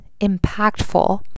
impactful